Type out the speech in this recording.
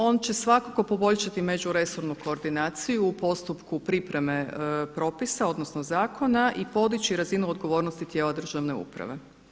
On će svakako poboljšati međuresornu koordinaciju u postupku pripreme propisa odnosno zakona i podići razinu odgovornosti tijela državne uprave.